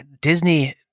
Disney